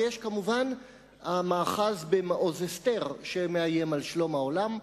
ויש כמובן המאחז מעוז-אסתר שמאיים על שלום העולם.